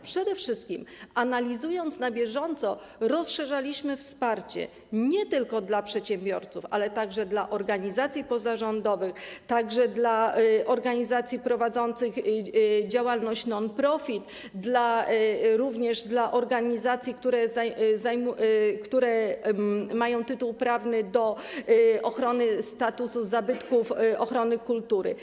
Przede wszystkim, analizując na bieżąco, rozszerzaliśmy wsparcie nie tylko dla przedsiębiorców, ale także dla organizacji pozarządowych, dla organizacji prowadzących działalność non profit, dla organizacji, które mają tytuł prawny do ochrony statusu zabytków, ochrony kultury.